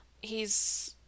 he's-